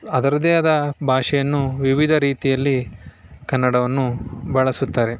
ಅದರದ್ದೇ ಆದ ಭಾಷೆಯನ್ನು ವಿವಿಧ ರೀತಿಯಲ್ಲಿ ಕನ್ನಡವನ್ನು ಬಳಸುತ್ತಾರೆ